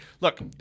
look